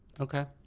okay.